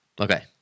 Okay